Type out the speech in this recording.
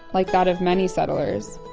like that of many settlers,